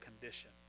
condition